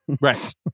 right